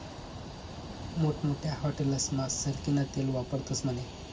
मोठमोठ्या हाटेलस्मा सरकीनं तेल वापरतस म्हने